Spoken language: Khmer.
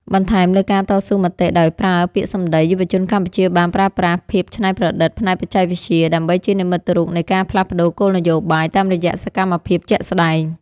បន្ថែមលើការតស៊ូមតិដោយប្រើពាក្យសម្ដី យុវជនកម្ពុជាបានប្រើប្រាស់ ភាពច្នៃប្រឌិតផ្នែកបច្ចេកវិទ្យា ដើម្បីជានិមិត្តរូបនៃការផ្លាស់ប្តូរគោលនយោបាយតាមរយៈសកម្មភាពជាក់ស្ដែង។